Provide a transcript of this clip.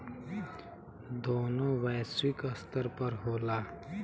दोनों वैश्विक स्तर पर होला